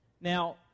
Now